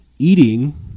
eating